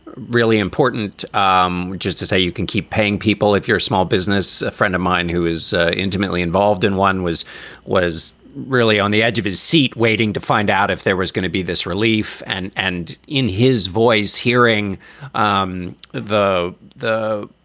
really important, um which is to say you can keep paying people if you're a small business. a friend of mine who is intimately involved and one was was really on the edge of his seat waiting to find out if there was gonna be this relief. and and in his voice, hearing um the the